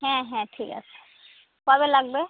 হ্যাঁ হ্যাঁ ঠিক আছে কবে লাগবে